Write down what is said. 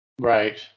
Right